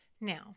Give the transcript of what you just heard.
Now